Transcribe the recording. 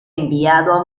enviado